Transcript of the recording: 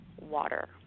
water